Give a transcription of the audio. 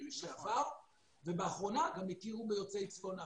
לשעבר ובאחרונה גם הכירו ביוצאי צפון אפריקה,